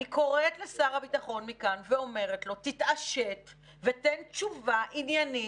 אני קוראת לשר הביטחון מכאן ואומרת לו: תתעשת ותן תשובה עניינית,